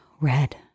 Red